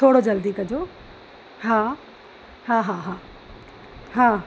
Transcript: थोरो जल्दी कजो हा हा हा हा हा